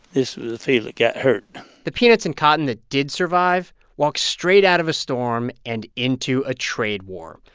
this was the field that got hurt the peanuts and cotton that did survive walked straight out of a storm and into a trade war.